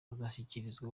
azashyikirizwa